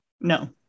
No